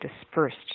dispersed